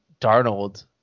Darnold